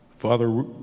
Father